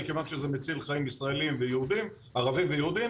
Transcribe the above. מכיוון שזה מציל חיים עברים ויהודים,